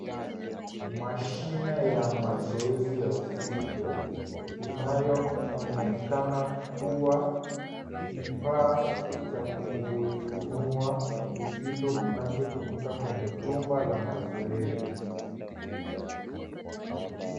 Mashine ya mazoezi ya uzito, inayoonekana kua kifaa cha kuinua uzito kinachotumika kwenye jumba la mazoezi.